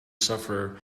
sufferer